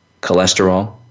cholesterol